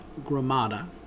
Gramada